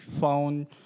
found